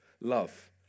love